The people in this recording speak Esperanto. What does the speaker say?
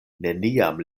neniam